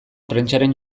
prentsaren